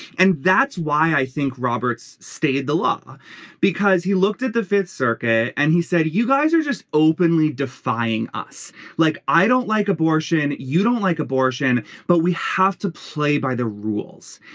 and that's why i think roberts stated the law because he looked at the fifth circuit and he said you guys are just openly defying us like i don't like abortion you don't like abortion but we have to play by the rules.